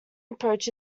approach